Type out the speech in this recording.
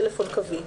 טלפון קווי,